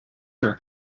her